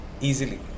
easily